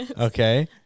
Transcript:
Okay